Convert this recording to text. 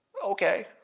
okay